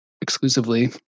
exclusively